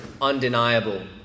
undeniable